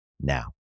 now